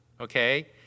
okay